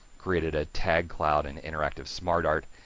created a tag cloud and interactive smartart,